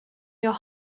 your